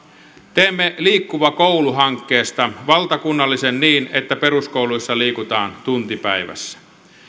teemme liikkuva koulu hankkeesta valtakunnallisen niin että peruskouluissa liikutaan tunti päivässä